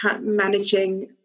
managing